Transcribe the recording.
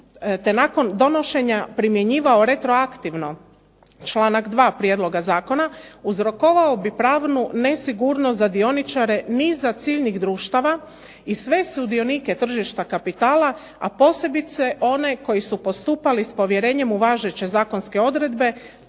te nakon donošenja primjenjivao retroaktivno, članak 2. prijedloga zakona uzrokovao bi pravnu nesigurnost za dioničari niza ciljnih društava i sve sudionike tržišta kapitala a posebice one koji su postupali s povjerenjem u važeće zakonske odredbe,